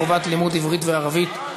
חובת לימוד עברית וערבית),